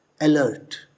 alert